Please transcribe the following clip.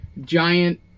giant